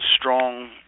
strong